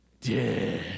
dead